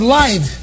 life